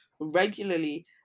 regularly